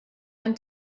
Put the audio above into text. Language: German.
ein